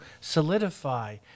solidify